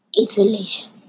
Isolation